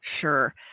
sure